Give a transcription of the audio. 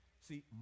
See